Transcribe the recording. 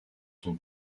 son